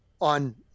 on